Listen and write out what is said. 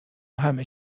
همه